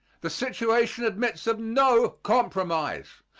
the situation admits of no compromise.